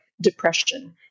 depression